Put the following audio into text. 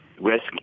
Risk